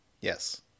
Yes